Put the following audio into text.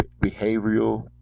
behavioral